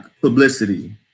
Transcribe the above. publicity